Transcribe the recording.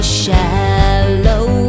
shallow